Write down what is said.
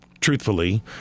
Truthfully